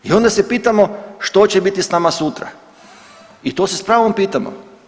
I onda se pitamo što će biti s nama sutra i to se s pravom pitamo.